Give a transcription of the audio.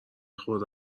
خورده